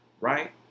right